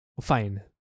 fine